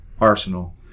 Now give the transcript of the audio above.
arsenal